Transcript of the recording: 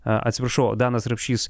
atsiprašau danas rapšys